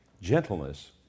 gentleness